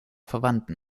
verwandten